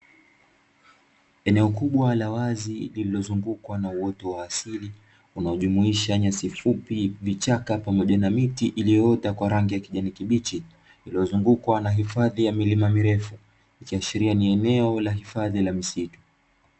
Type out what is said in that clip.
Eneo kubwa la wazi lililozungukwa na uoto wa asili unaojumuisha nyasi fupi, vichaka pamoja na miti iliyoota kwa rangi ya kijani kibichi iliyozungukwa na hifadhi ya milima mirefu, ikiashiria ni eneo la hifadhi ya misitu.